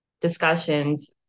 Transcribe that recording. discussions